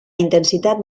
intensitat